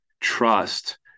trust